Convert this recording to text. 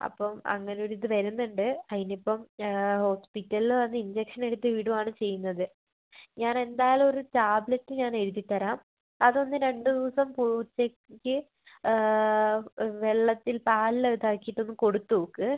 അപ്പം അങ്ങനൊരിത് വരുന്നുണ്ട് അതിനിപ്പം ഹോസ്പിറ്റലിൽ വന്ന് ഇൻജെക്ഷൻ എടുത്ത് വിടുവാണ് ചെയ്യുന്നത് ഞാൻ എന്തായാലും ഒരു ടാബ്ലറ്റ് ഞാൻ എഴുതി തരാം അതൊന്ന് രണ്ട് ദിവസം പൂച്ചക്ക് വെള്ളത്തിൽ പാലിൽ അത് കലക്കീട്ടൊന്ന് കൊടുത്തോക്ക്